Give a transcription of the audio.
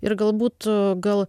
ir galbūt gal